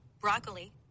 broccoli